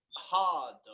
hard